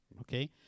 okay